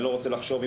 ואני לא רוצה לחשוב,